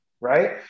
Right